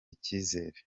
icizere